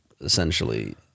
essentially